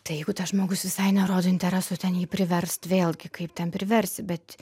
tai jeigu tas žmogus visai nerodo intereso ten jį priverst vėlgi kaip ten priversi bet